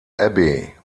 abbey